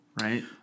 Right